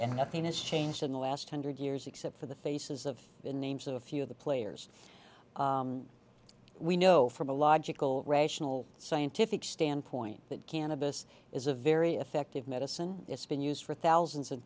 and nothing has changed in the last hundred years except for the faces of the names of a few of the players we know from a logical rational scientific standpoint that cannabis is a very effective medicine it's been used for thousands and